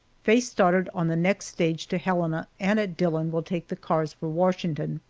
faye started on the next stage to helena and at dillon will take the cars for washington.